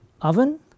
oven